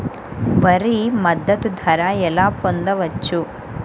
వరి మద్దతు ధర ఎలా పొందవచ్చు?